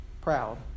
proud